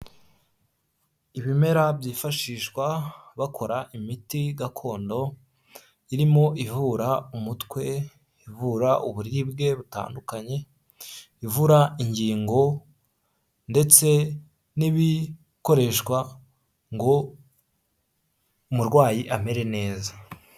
Ibimera byifashishwa bakora imiti gakondo, irimo ivura umutwe, ivura uburiribwe butandukanye, ivura ingingo ndetse n'ibikoreshwa ngo umurwayi amere neza.